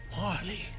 Marley